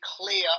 clear